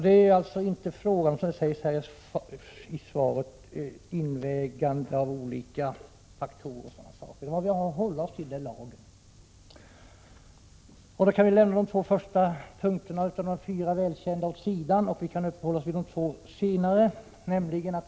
Det är inte fråga om, som sägs i svaret, invägande av olika faktorer. Vi har att hålla oss till lagen. Vi kan lämna de två första punkterna av de fyra välkända i bestämmelserna åt sidan och uppehålla oss vid de två senare.